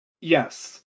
Yes